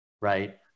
right